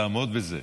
תעמוד בזה.